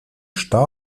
stau